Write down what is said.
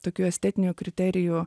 tokių estetinių kriterijų